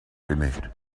finished